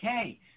okay